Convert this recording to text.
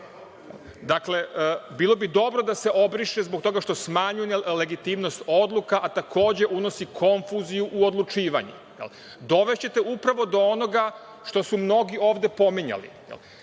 Dakle, bilo bi dobro da se obriše zbog toga što smanjuje legitimnost odluka, a takođe unosi konfuziju u odlučivanje. Dovešće se upravo do onoga što su mnogi ovde pominjali.